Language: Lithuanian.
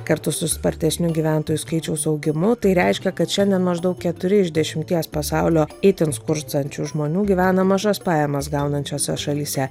kartu su spartesniu gyventojų skaičiaus augimu tai reiškia kad šiandien maždaug keturi iš dešimties pasaulio itin skurstančių žmonių gyvena mažas pajamas gaunančiose šalyse